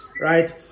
right